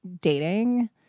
dating